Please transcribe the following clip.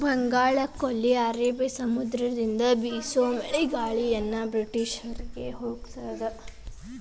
ಬಂಗಾಳಕೊಲ್ಲಿ ಮತ್ತ ಅರಬಿ ಸಮುದ್ರದಿಂದ ಬೇಸೋ ಮಳೆಗಾಳಿಯನ್ನ ಬ್ರಿಟಿಷ್ ಇಂಡಿಯಾದವರು ಮಾನ್ಸೂನ್ ಅಂತ ಕರದ್ರು